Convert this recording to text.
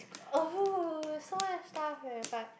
oh so much stuff [eh]but